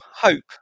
Hope